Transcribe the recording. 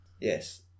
yes